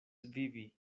vivi